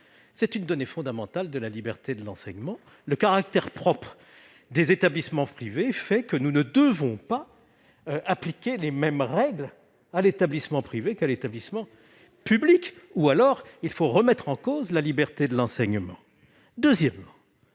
d'une donnée fondamentale de la liberté de l'enseignement : le caractère propre des établissements privés fait que nous ne devons pas leur appliquer les mêmes règles qu'aux établissements publics, ou alors il faut remettre en cause la liberté de l'enseignement. Deuxièmement,